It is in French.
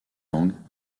langues